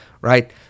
right